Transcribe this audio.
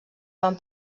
van